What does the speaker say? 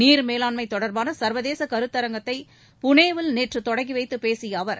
நீர் மேலாண்மை தொடர்பான சர்வதேச கருத்தரங்கத்தை புனேவில் நேற்று தொடங்கி வைத்து பேசிய அவர்